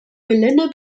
gelände